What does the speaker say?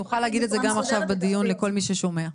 שנוכל להגיד את זה גם עכשיו בדיון לכל מי ששומע.